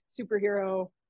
superhero